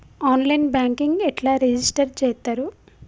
On line banking ఎట్లా register చేత్తరు?